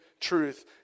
truth